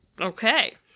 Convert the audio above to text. Okay